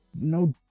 no